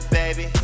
baby